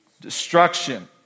destruction